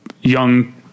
young